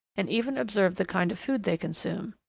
and even observe the kind of food they consume.